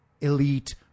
elite